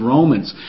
Romans